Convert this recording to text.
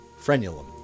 frenulum